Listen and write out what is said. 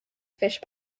fish